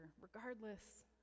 regardless